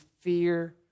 fear